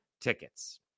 tickets